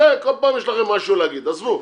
כל פעם יש לכם משהו להגיד, עזבו.